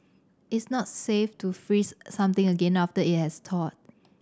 it's not safe to freeze something again after it has thawed